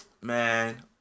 Man